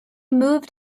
moved